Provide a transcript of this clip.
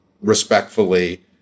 respectfully